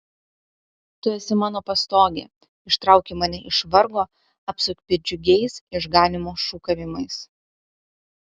tu esi mano pastogė ištrauki mane iš vargo apsupi džiugiais išganymo šūkavimais